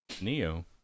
Neo